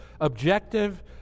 objective